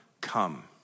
come